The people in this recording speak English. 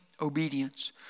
obedience